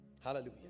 hallelujah